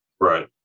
Right